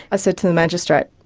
i said to the magistrate,